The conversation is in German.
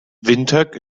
windhoek